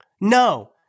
No